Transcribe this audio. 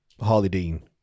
Harley-Dean